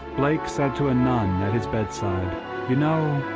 blake said to a nun at his bedside you know,